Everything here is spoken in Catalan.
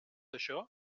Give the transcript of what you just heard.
això